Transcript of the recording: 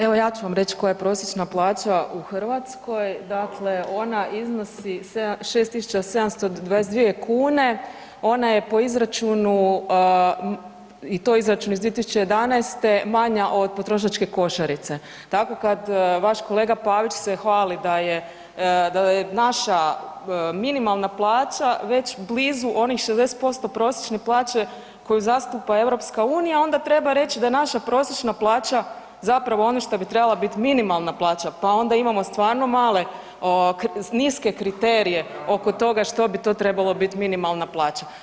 Evo ja ću vam reći koja je prosječna plaća u Hrvatskoj, dakle, ona iznosi 6 722 kune, ona je po izračunu i to po izračunu iz 2011. manja od potrošačke košarice, tako kad vaš kolega Pavić se hvali da je naša minimalna plaća već blizu onih 60% prosječne plaće koju zastupa EU, onda treba reći da naša prosječna plaća zapravo ono što bi trebala biti minimalna plaća pa onda imamo stvarno male, niske kriterije oko toga što bi to trebalo biti minimalna plaća.